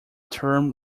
term